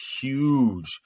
huge